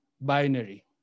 binary